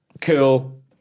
cool